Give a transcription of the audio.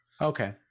Okay